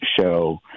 show